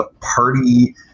party